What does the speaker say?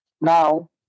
now